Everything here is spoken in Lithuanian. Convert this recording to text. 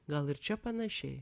gal ir čia panašiai